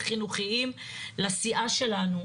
החינוכיים לסיעה שלנו,